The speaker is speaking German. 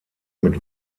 mit